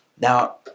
Now